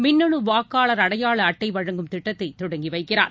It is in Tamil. மின்னணு வாக்காளர் அடையாள அட்டை வழங்கும் திட்டத்தை தொடங்கி வைக்கிறார்